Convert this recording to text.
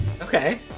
Okay